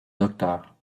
docteur